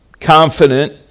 confident